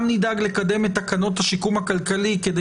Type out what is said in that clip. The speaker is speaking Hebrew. גם נדאג לקדם את תקנות השיקום הכלכלי כדי